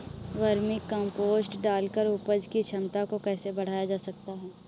Vermi compost डालकर उपज की क्षमता को कैसे बढ़ाया जा सकता है?